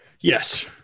Yes